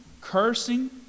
cursing